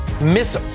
miss